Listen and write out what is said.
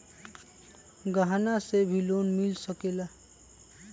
गहना से भी लोने मिल सकेला?